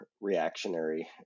reactionary